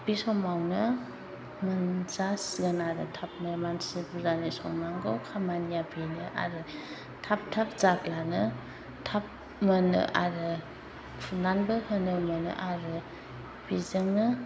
बे समावनो मोनजासिगोन आरो थाबनो मानसि बुरजानि संनांगौ खामानिया बेनो आरो थाब थाब जाब्लानो थाब मोनो आरो खुरनानैबो होनो मोनो आरो बेजोंनो